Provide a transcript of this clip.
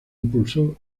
impulso